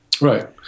Right